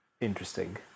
interesting